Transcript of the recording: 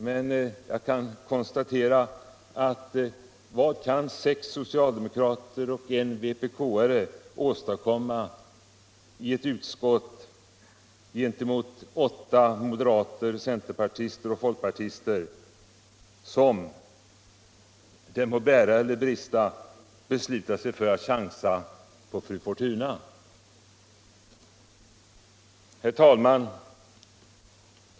Men vad kan sex socialdemokrater och en vpkare åstadkomma i ett utskott gentemot åtta moderater, centerpartister och folkpartister som — det må bära eller brista — beslutar sig för att chansa på fru Fortuna? Herr talman!